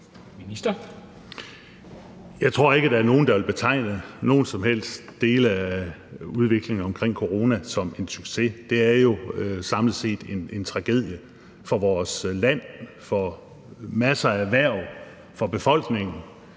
Jeg tror ikke, der er nogen, der vil betegne nogen som helst dele af udviklingen omkring corona som en succes. Det er jo samlet set en tragedie for vores land, for masser af erhverv, for befolkningen.